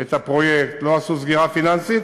את הפרויקטים, לא עשו סגירה פיננסית,